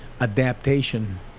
adaptation